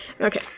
Okay